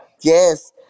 Yes